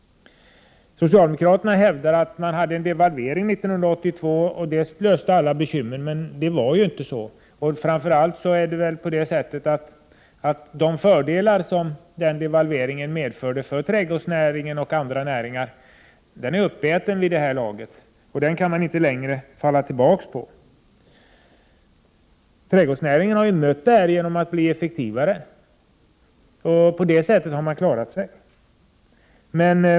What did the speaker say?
Socialdemokraterna hävdar att devalveringen 1982 löste alla problem. Det var emellertid inte så. De fördelar som devalveringen medförde för trädgårdsnäringen och andra näringar är uppätna vid det här laget, och man kan inte längre falla tillbaka på dem. Trädgårdsnäringen har mött den här situationen genom att bli effektivare, och på det sättet har den klarat sig.